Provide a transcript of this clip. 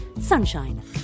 Sunshine